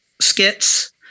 skits